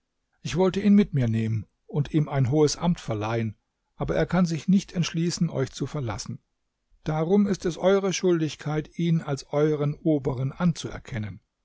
ich wollte ihn mit mir nehmen und ihm ein hohes amt verleihen aber er kann sich nicht entschließen euch zu verlassen darum ist es eure schuldigkeit ihn als eueren oberen anzuerkennen